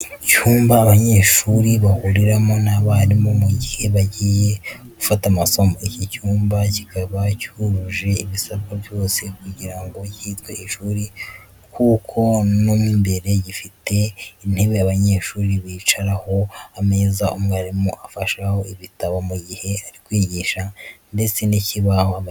Icyumba abanyeshuri bahuriramo n'abarimu, mu gihe bagiye gufata amasomo. Iki cyumba kikaba cyujuje ibisabwa byose kugira ngo cyitwe ishuri, kuko mo imbere gifite intebe abanyeshuri bicaraho, ameza umwarimu afashaho ibitabo mu gihe ari kwigisha, ndetse n'ikibaho abanyeshuri bose babasha kurebaho.